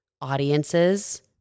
audiences